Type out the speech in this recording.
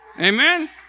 Amen